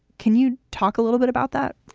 can you talk a little bit about that?